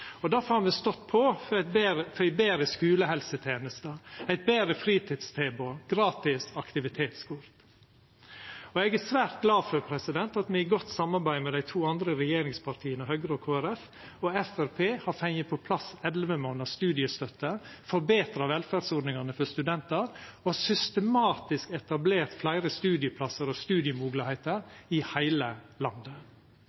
og difor har me stått på for ei betre skulehelseteneste, eit betre fritidstilbod og gratis aktivitetskort. Eg er òg svært glad for at me i godt samarbeid med dei to andre regjeringspartia, Høgre og Kristeleg Folkeparti, og med Framstegspartiet har fått på plass elleve månader studiestøtte, betra velferdsordningane for studentar og systematisk etablert fleire studieplassar og